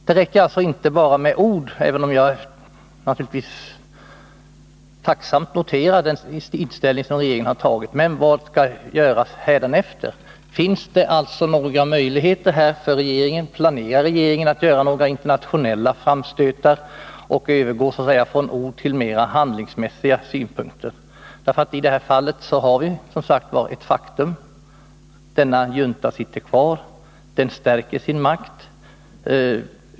Jag anser inte att det räcker med bara ord, även om jag naturligtvis tacksamt noterar regeringens inställning, utan min fråga lyder: Vad skall göras hädanefter? Finns det några möjligheter för regeringen att handla? Planerar regeringen att göra några internationella framstötar och så att säga övergå från ord till mer handlingsmässiga insatser? I det här fallet konstaterar vi ju faktum: Militärjuntan sitter kvar och stärker sin makt.